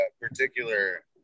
particular